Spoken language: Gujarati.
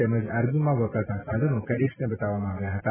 તેમજ આર્મીમાં વપરાતા સાધનો કેડેટ્સને બતાવવામાં આવ્યા હતા